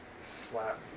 slap